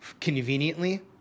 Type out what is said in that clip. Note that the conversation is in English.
Conveniently